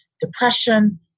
depression